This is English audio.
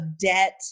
debt